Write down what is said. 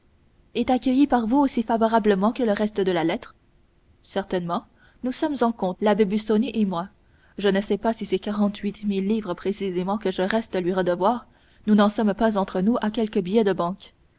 est accueilli par vous aussi favorablement que le reste de la lettre certainement nous sommes en compte l'abbé busoni et moi je ne sais pas si c'est quarante-huit mille livres précisément que je reste lui redevoir nous n'en sommes pas entre nous à quelques billets de banque